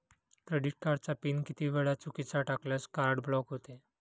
Credit कार्डचा pin किती वेळा चुकीचा टाकल्यास कार्ड ब्लॉक होते?